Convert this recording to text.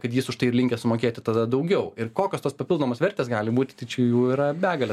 kad jis už tai ir linkęs mokėti tada daugiau ir kokios tos papildomos vertės gali būti čia jų yra begalė